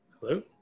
hello